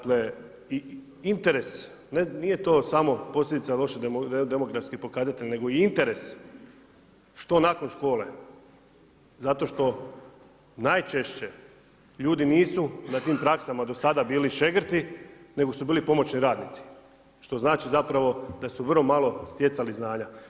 Dakle i interes, nije to samo posljedica loši demografski pokazatelj, nego i interes što nakon škole zato što najčešće ljudi nisu na tim praksama do sada bili šegrti, nego su bili pomoćni radnici što znači zapravo da su vrlo malo stjecali znanja.